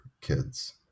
kids